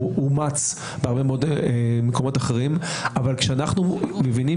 הוא אומץ בהרבה מקומות אחרים אבל אנחנו מבינים